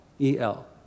E-L